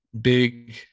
big